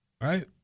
Right